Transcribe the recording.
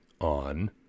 on